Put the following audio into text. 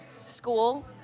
school